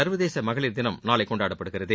சர்வதேச மகளிர் தினம் நாளை கொண்டாடப்படுகிறது